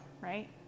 right